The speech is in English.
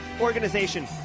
organization